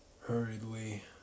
Hurriedly